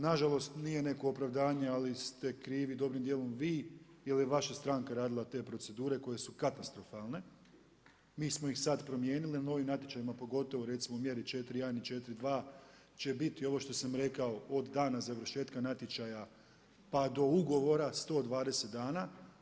Nažalost nije neko opravdanje ali ste krivi dobrim dijelom vi jer je vaša stranka radila te procedure koje su katastrofalne, mi smo ih sada promijenili na novim natječajima pogotovo recimo u mjeri 4.1 i 4.2 će biti ovo što sam rekao od dana završetka natječaja pa do ugovora 120 dana.